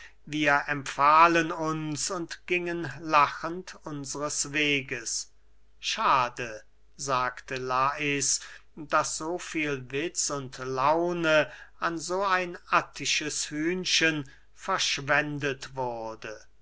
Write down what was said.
wir empfahlen uns und gingen lachend unsres weges schade sagte lais daß so viel witz und laune an so ein attisches hühnchen verschwendet wurde